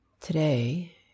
Today